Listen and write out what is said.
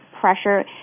pressure